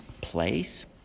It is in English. place